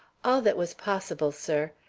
all that was possible, sir.